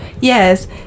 yes